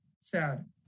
Sad